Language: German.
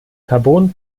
carbon